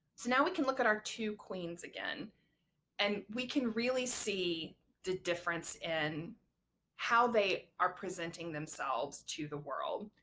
now we can look at our two queens again and we can really see the difference in how they are presenting themselves to the world.